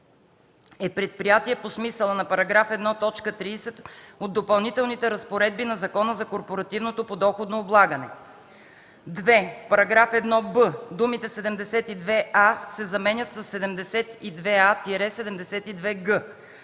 е предприятие по смисъла на § 1, т. 30 от Допълнителните разпоредби на Закона за корпоративното подоходно облагане.” 2. В § 1б думите „72а” се заменят със „72а-72г.”